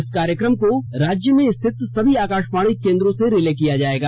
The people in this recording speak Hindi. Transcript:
इस कार्यक्रम को राज्य में स्थित सभी आकाशवाणी केंद्रों से रिले किया जाएगा